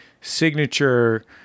signature